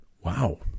wow